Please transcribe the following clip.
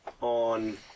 on